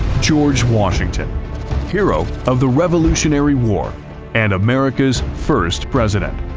george washington hero of the revolutionary war and america's first president,